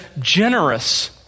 generous